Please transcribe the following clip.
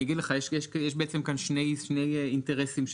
יש כאן שני אינטרסים.